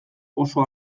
oso